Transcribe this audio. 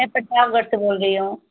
मैं प्रतापगढ़ से बोल रही हूँ